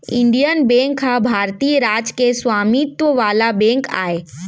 Indian bank ह भारतीय राज के स्वामित्व वाला बेंक आय